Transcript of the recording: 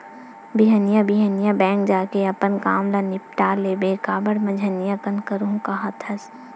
बिहनिया बिहनिया बेंक जाके अपन काम ल निपाट लेबे काबर मंझनिया कन करहूँ काहत हस